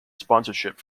sponsorship